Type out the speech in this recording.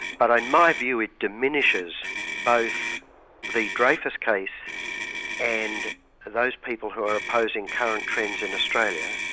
but in my view it diminishes both the dreyfus case and those people who are opposing current trends in australia,